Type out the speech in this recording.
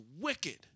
wicked